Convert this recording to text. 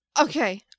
Okay